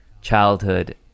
childhood